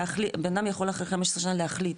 בנאדם יכול אחרי 15 שנה להחליט,